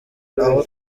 aho